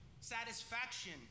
satisfaction